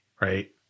right